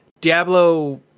Diablo